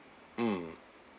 mm